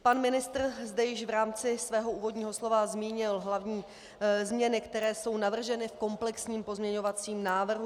Pan ministr zde již v rámci svého úvodního slova zmínil hlavní změny, které jsou navrženy v komplexním pozměňovacím návrhu.